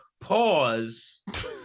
Pause